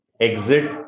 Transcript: exit